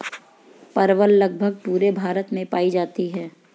परवल लगभग पूरे भारत में पाई जाती है